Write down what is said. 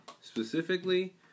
specifically